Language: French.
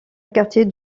quartier